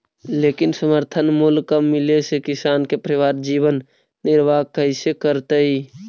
लेकिन समर्थन मूल्य कम मिले से किसान के परिवार जीवन निर्वाह कइसे करतइ?